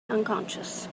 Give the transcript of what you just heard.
unconscious